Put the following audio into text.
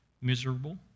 miserable